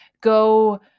go